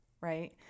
right